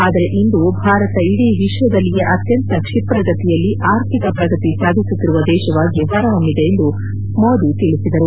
ಆದರೆ ಇಂದು ಭಾರತ ಇಡೀ ವಿಕ್ವದಲ್ಲಿಯೇ ಅತ್ಣಂತ ಕ್ಷಿಪ್ರಗತಿಯಲ್ಲಿ ಆರ್ಥಿಕ ಪ್ರಗತಿ ಸಾಧಿಸುತ್ತಿರುವ ದೇಶವಾಗಿ ಹೊರಹೊಮ್ಮಿದೆ ಎಂದು ಮೋದಿ ತಿಳಿಸಿದರು